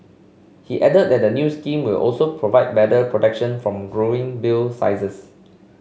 he added that new scheme will also provide better protection from growing bill sizes